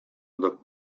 the